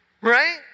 Right